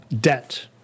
Debt